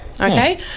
Okay